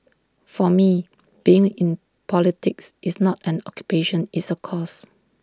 for me being in politics is not an occupation it's A cause